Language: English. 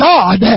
God